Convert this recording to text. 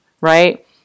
right